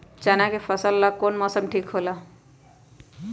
चाना के फसल ला कौन मौसम ठीक होला?